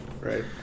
Right